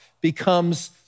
becomes